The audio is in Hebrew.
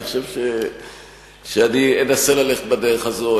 אני חושב שאני אנסה ללכת בדרך הזאת.